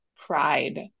pride